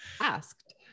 asked